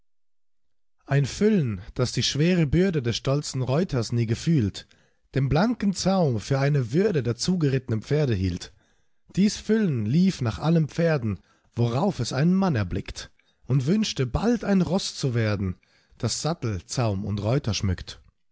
ein füllen das die schwere bürde des stolzen reuters nie gefühlt den blanken zaum für eine würde der zugerittnen pferde hielt dies füllen lief nach allen pferden worauf es einen mann erblickt und wünschte bald ein roß zu werden das sattel zaum und reuter schmückt